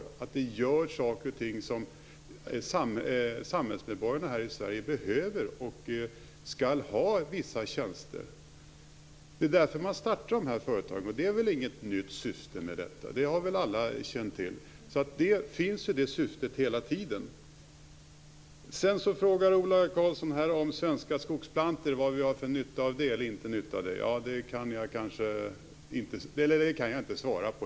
De tillhandahåller vissa tjänster som samhällsmedborgarna här i Sverige behöver och skall ha. Det är därför dessa företag har startats, och det är väl inget nytt syfte med detta. Det syftet har väl alla känt till. Ola Karlsson frågade vad vi har för nytta av Svenska Skogsplantor. Det kan jag helt enkelt inte svara på.